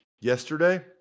yesterday